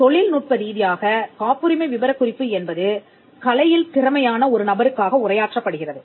ஆனால் தொழில்நுட்ப ரீதியாக காப்புரிமை விபரக்குறிப்பு என்பது கலையில் திறமையான ஒரு நபருக்காக உரையாற்றப் படுகிறது